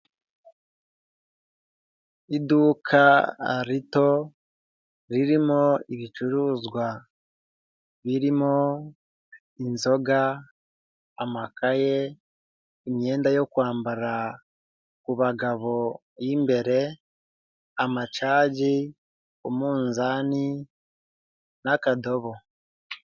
Iduka rito ririmo ibicuruzwa birimo inzoga, amakaye, imyenda yo kwambara ku bagabo y'imbere, amacagi, umunzani n'akadobo.